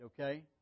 okay